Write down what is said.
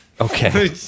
Okay